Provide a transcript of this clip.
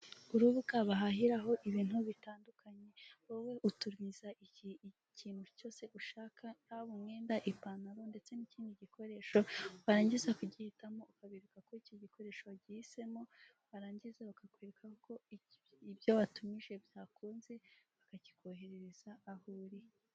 Urubuga bahahiraho ibintu bitandukanye wowe utumiza ikintu, cyose ushaka yaba imyenda ipantaro ndetse n'ikindo gikoresho, warangiza kugihitamo ukabereka ko icyo giikoresho wagihisemo, barangiza bakakwereka ko ibyo watumije byakunze, bakikoherereza aho uri.